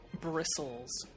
bristles